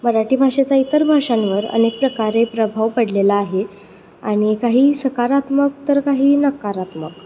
मराठी भाषेचा इतर भाषांवर अनेक प्रकारे प्रभाव पडलेला आहे आणि काही सकारात्मक तर काही नकारात्मक